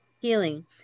healing